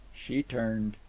she turned.